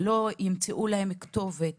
לא ימצאו להם כתובת